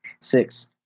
six